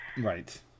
Right